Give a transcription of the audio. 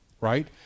right